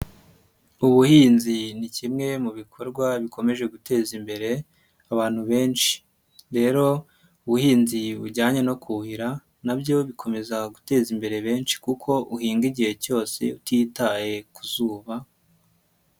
Ubuhinzi ni kimwe mu bikorwa bikomeje guteza imbere abantu benshi, rero ubuhinzi bujyanye no kuhira nabyo bikomeza guteza imbere benshi kuko uhinga igihe cyose utitaye ku zuba.